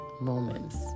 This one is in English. moments